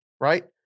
Right